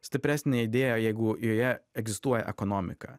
stipresnė idėja jeigu joje egzistuoja ekonomika